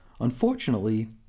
Unfortunately